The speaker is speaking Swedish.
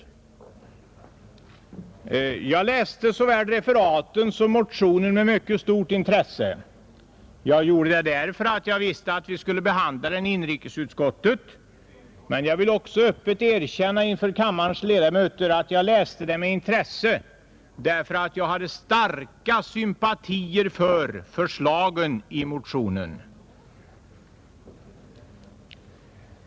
Jag läste såväl referaten som motionen med mycket stort intresse. Jag gjorde det därför att jag visste att vi skulle behandla den i inrikesutskottet, men jag vill öppet erkänna för kammarens ledamöter att jag läste den med intresse också därför att jag hyste starka sympatier för förslagen i motionen.